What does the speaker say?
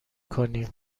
کنیم